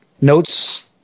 notes